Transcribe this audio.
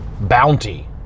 bounty